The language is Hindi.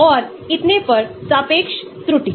यह एक क्रेग प्लॉट है